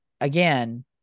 again